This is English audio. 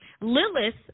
Lilith